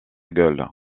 gueule